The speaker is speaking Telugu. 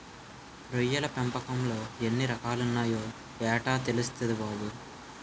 రొయ్యల పెంపకంలో ఎన్ని రకాలున్నాయో యెట్టా తెల్సుద్ది బాబూ?